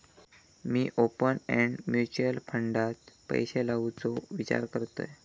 मी open end mutual फंडात पैशे लावुचो विचार करतंय